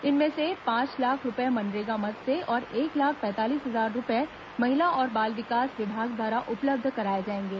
इनमें से पांच लाख रूपए मनरेगा मद से और एक लाख पैंतालीस हजार रूपए महिला और बाल विकास विभाग द्वारा उपलब्ध कराए जाएंगे